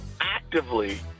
actively